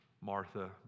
Martha